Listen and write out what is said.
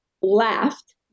laughed